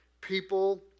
people